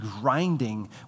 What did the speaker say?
grinding